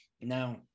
now